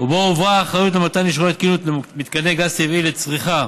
שבו הועברה האחריות למתן אישורי תקינות למתקני גז טבעי לצריכה,